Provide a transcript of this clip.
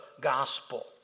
gospel